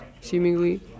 seemingly